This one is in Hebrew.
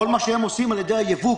כל מה שהם עושים על ידי הייבוא,